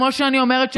כמו שאני אומרת,